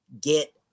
get –